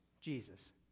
Jesus